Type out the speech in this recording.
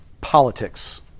politics